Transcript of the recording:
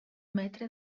metre